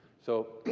so,